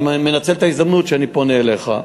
אני מנצל את ההזדמנות ואני פונה אליך,